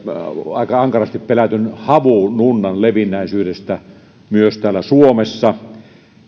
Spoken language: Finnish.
aika ankarasti pelätyn havununnan levinneisyydestä myös täällä suomessa